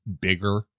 bigger